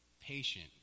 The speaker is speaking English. patient